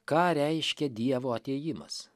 ką reiškia dievo atėjimas